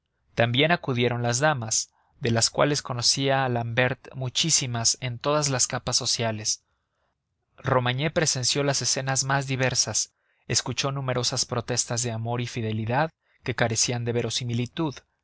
también acudieron las damas de las cuales conocía l'ambert muchísimas en todas las capas sociales romagné presenció las escenas más diversas escuchó numerosas protestas de amor y fidelidad que carecían de verosimilitud